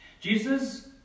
Jesus